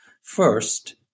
First